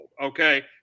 Okay